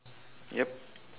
yup